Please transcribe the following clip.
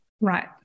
Right